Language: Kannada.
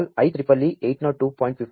ಆದ್ದರಿಂ ದ ZigBee protocol IEEE 802